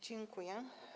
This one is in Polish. Dziękuję.